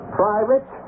private